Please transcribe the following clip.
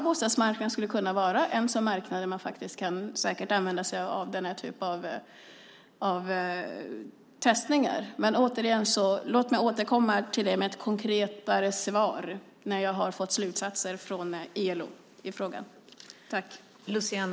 Bostadsmarknaden skulle kunna vara en marknad där man kan använda denna typ av testningar. Men låt mig återkomma med ett konkretare svar när jag har fått slutsatser från ILO i frågan.